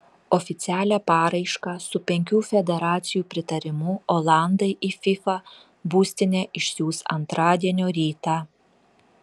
oficialią paraišką su penkių federacijų pritarimu olandai į fifa būstinę išsiųs antradienio rytą